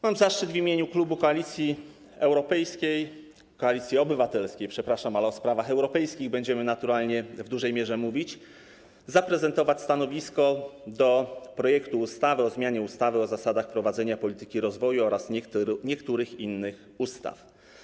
Mam zaszczyt w imieniu klubu Koalicji Europejskiej, Koalicji Obywatelskiej, przepraszam, ale o sprawach europejskich będziemy naturalnie w dużej mierze mówić, zaprezentować stanowisko wobec projektu ustawy o zmianie ustawy o zasadach prowadzenia polityki rozwoju oraz niektórych innych ustaw.